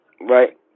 right